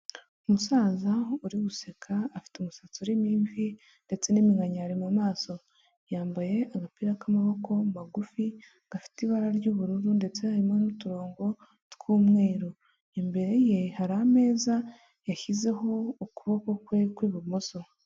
Umusaza uri guseka afite umusatsi uririmo imvi ndetse n'iminkanya mu maso yambaye agapira k'amaboko magufi gafite ibara ry'ubururu ndetse harimo n'uturongo tw'umweru imbere ye hari ameza yashyizeho ukuboko kwe kw'ibumoso.